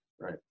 Right